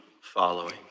following